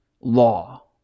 law